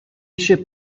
ship